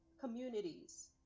communities